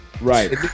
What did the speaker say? Right